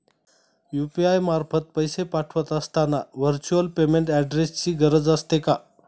UPI मार्फत पैसे पाठवत असताना व्हर्च्युअल पेमेंट ऍड्रेसची गरज असते का?